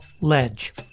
ledge